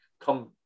come